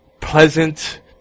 pleasant